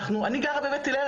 אני גרה בבית הלל,